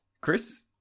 Chris